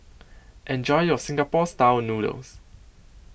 Enjoy your Singapore Style Noodles